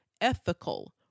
ethical